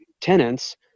tenants